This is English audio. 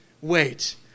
Wait